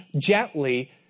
gently